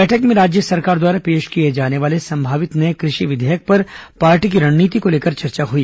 बैठक में राष्ट्रीय राज्य सरकार द्वारा पेश किये वाले संभावित नए कृषि विधेयक पर पार्टी की रणनीति को लेकर चर्चा हुई